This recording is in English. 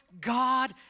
God